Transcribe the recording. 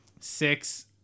Six